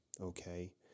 okay